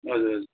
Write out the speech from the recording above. हजुर हजुर